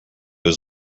was